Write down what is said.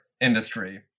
industry